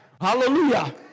Hallelujah